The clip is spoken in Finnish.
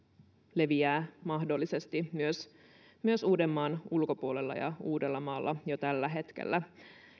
leviää mahdollisesti myös myös uudenmaan ulkopuolella ja uudellamaalla jo tällä hetkellä